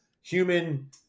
human